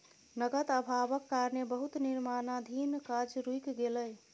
नकद अभावक कारणें बहुत निर्माणाधीन काज रुइक गेलै